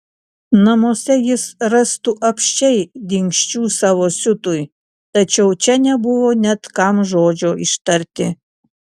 namuose jis rastų apsčiai dingsčių savo siutui tačiau čia nebuvo net kam žodžio ištarti